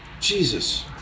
Jesus